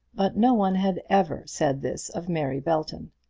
but no one had ever said this of mary belton.